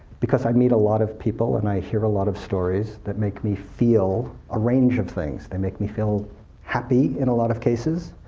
because i meet a lot of people, and i hear a lot of stories that make me feel a range of things. they make me feel happy in a lot of cases,